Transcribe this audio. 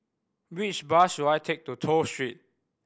which bus should I take to Toh Street